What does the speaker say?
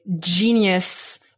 genius